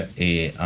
ah a